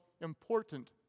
important